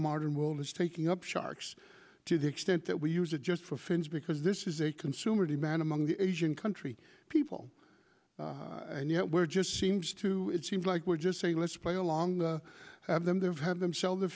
modern world is taking up sharks to the extent that we use it just for fins because this is a consumer demand among the asian country people and yet we're just seems to it seems like we're just saying let's play along have them there have them sell the